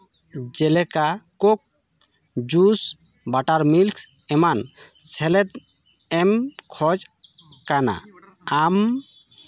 ᱡᱮᱞᱮᱠᱟ coke juice buttermilks ᱮᱢᱟᱱ ᱥᱮᱞᱮᱫ ᱮᱢ ᱠᱷᱚᱡᱽ ᱠᱟᱱᱟ ᱟᱢ